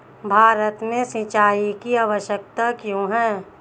भारत में सिंचाई की आवश्यकता क्यों है?